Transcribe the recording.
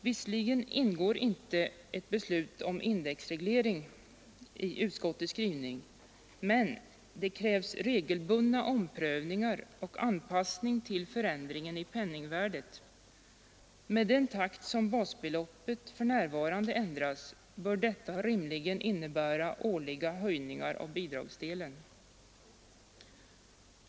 Visserligen ingår inte indexreglering i utskottets förslag, men i utskottets skrivning krävs regelbundna omprövningar och anpassning till förändringen i penningvärdet. Med den takt i vilken basbeloppet för närvarande ändras bör detta rimligen innebära årliga höjningar av bidragsdelen.